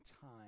time